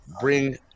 bring –